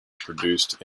produced